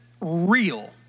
real